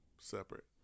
separate